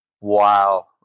Wow